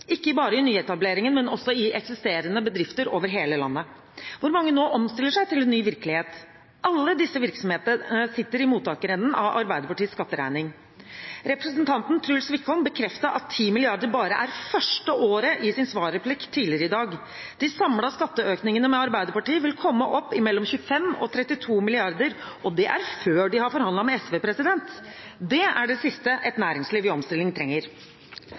ikke bare i nyetableringer, men også i eksisterende bedrifter over hele landet, hvor mange nå omstiller seg til en ny virkelighet. Alle disse virksomhetene sitter i mottakerenden av Arbeiderpartiets skatteregning. Representanten Truls Wickholm bekreftet i sin svarreplikk tidligere i dag at 10 mrd. kr bare er det første året. De samlede skatteøkningene med Arbeiderpartiet vil komme opp på mellom 25 mrd. kr og 32 mrd. kr, og det er før de har forhandlet med SV. Det er det siste et næringsliv i omstilling trenger.